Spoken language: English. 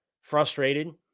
frustrated